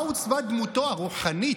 בה עוצבה דמותו הרוחנית,